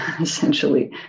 essentially